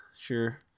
sure